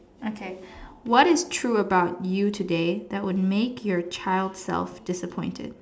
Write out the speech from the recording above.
okay what is true about you today that would make your child self disappointed